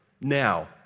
now